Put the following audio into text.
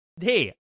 Hey